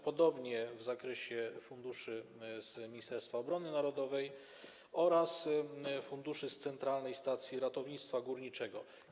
Podobnie w zakresie funduszy z Ministerstwa Obrony Narodowej oraz funduszy z Centralnej Stacji Ratownictwa Górniczego.